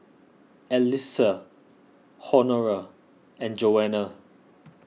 Elissa Honora and Joana